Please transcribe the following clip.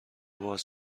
باز